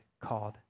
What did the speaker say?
called